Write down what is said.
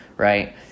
Right